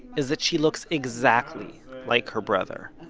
is that she looks exactly like her brother